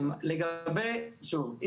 לגבי שוב,